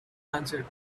answered